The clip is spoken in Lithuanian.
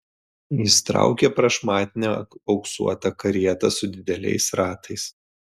jis traukė prašmatnią auksuotą karietą su dideliais ratais